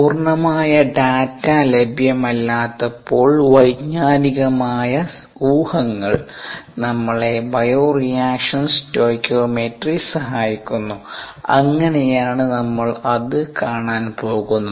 പൂർണ്ണമായ ഡാറ്റ ലഭ്യമല്ലാത്തപ്പോൾ വൈജ്ഞ്ജാനികമായ ഊഹങ്ങൾ നമ്മളെ ബയോറിയാക്ഷൻ സ്റ്റൈക്കിയോമെട്രി സഹായിക്കുന്നു അങ്ങനെയാണ് നമ്മൾ അത് കാണാൻ പോകുന്നത്